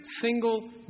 single